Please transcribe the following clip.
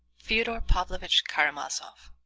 fyodor pavlovitch karamazov